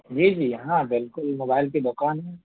جی جی ہاں بالکل موبائل کی دکان ہے